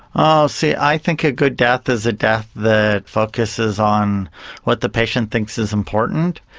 ah see, i think a good death is a death that focuses on what the patient thinks is important.